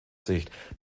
sicht